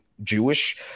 Jewish